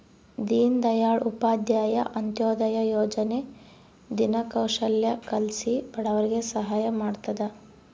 ದೀನ್ ದಯಾಳ್ ಉಪಾಧ್ಯಾಯ ಅಂತ್ಯೋದಯ ಯೋಜನೆ ದಿನ ಕೌಶಲ್ಯ ಕಲ್ಸಿ ಬಡವರಿಗೆ ಸಹಾಯ ಮಾಡ್ತದ